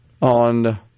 on